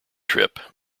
trip